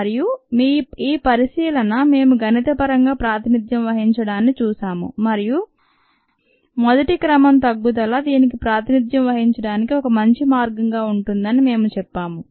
మరియు ఈ పరిశీలన మేము గణితపరంగా ప్రాతినిధ్యం వహించడాన్ని చూసాము మరియు మొదటి క్రమం తగ్గుదల దీనికి ప్రాతినిధ్యం వహించడానికి ఒక మంచి మార్గం గా ఉంటుందని మేము చెప్పాము